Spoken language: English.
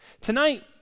Tonight